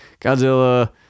Godzilla